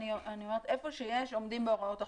איפה שיש, עומדים בהוראות החוק.